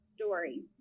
story